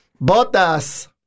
Botas